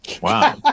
Wow